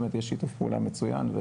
יש שיתוף פעולה מצוין,